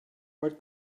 what